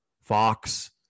Fox